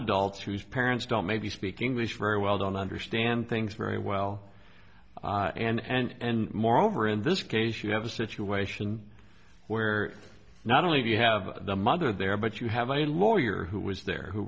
adults whose parents don't maybe speak english very well don't understand things very well and moreover in this case you have a situation where not only do you have the mother there but you have a lawyer who was there who